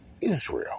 Israel